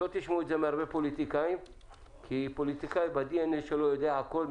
לא תשמעו את זה מהרבה פוליטיקאים כי פוליטיקאי בדי-אן-אי שלו יודע הכול,